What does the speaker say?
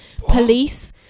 Police